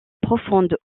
profonde